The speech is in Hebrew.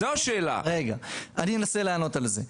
אני אנסה לענות על זה,